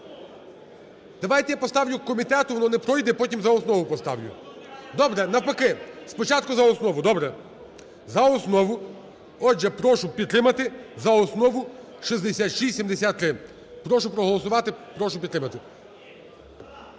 Давайте я поставлю комітету. Воно не пройде, потім за основу поставлю. Добре? Навпаки, спочатку за основу. Добре. За основу. Отже, прошу підтримати за основу 6673. Прошу проголосувати. Прошу підтримати.